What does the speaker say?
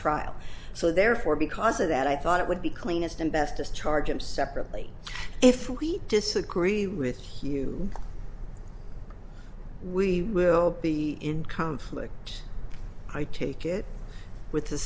trial so therefore because of that i thought it would be cleanest and best just charge him separately if we disagree with you we will be in conflict i take it with the